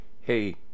Hey